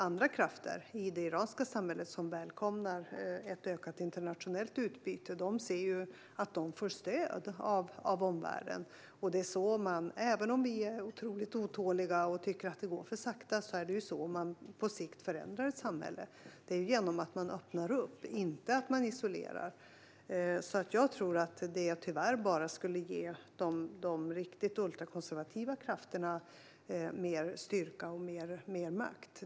Andra krafter i det iranska samhället välkomnar ett ökat internationellt utbyte, och de ser att de får stöd av omvärlden. Även om vi är otåliga och tycker att det går för sakta är det genom att öppna upp man på sikt förändrar ett samhälle, inte genom att isolera. Det skulle bara ge de ultrakonservativa krafterna mer styrka och makt.